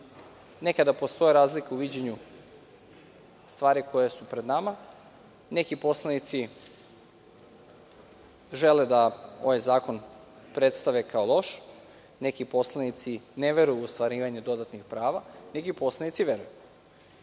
nekada postoje razlike u viđenju stvari koje su pred nama. Neki poslanici žele da ovaj zakon predstave kao loš. Neki poslanici ne veruju u ostvarivanje dodatnih prava, neki poslanici veruju.